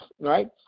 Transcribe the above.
Right